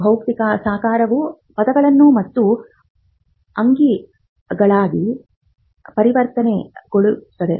ಭೌತಿಕ ಸಾಕಾರವು ಪದಗಳು ಮತ್ತು ಅಂಕಿಗಳಾಗಿ ಪರಿವರ್ತನೆಗೊಳ್ಳುತ್ತದೆ